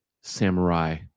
samurai